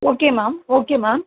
okay ma'am okay ma'am